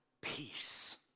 peace